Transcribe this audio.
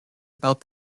about